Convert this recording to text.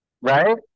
right